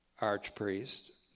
archpriest